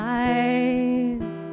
eyes